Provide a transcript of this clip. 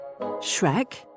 Shrek